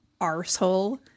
arsehole